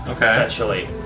essentially